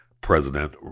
president